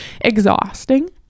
exhausting